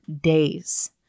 days